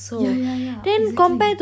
yeah yeah yeah exactly